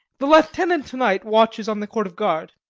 the lieutenant to-night watches on the court of guard